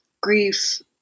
grief